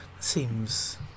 Seems